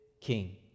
king